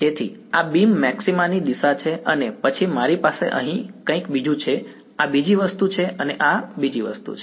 તેથી આ બીમ મેક્સિમાની દિશા છે અને પછી મારી પાસે અહીં કંઈક બીજું છે આ બીજી વસ્તુ છે અને આ બીજી વસ્તુ છે